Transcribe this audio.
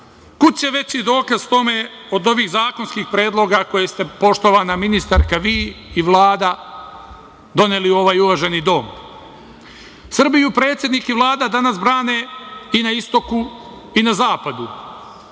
Kud će veći dokaz tome od ovih zakonskih predloga koje ste, poštovana ministarka, vi i Vlada doneli u ovaj uvaženi Dom. Srbiju predsednik i Vlada danas brane i na istoku i na zapadu,